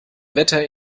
wetter